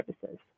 services